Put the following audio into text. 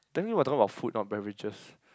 technically we're talking about food not beverages